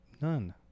none